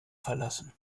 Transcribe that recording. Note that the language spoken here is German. verlassen